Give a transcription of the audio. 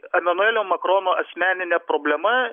emanuelio makrono asmeninė problema